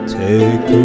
take